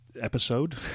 episode